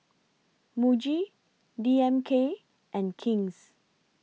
Muji D M K and King's